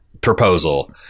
proposal